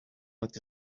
looked